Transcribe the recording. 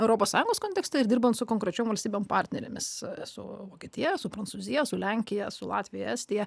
europos sąjungos kontekste ir dirbant su konkrečiom valstybėm partnerėmis su vokietija su prancūzija su lenkija su latvija estija